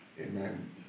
Amen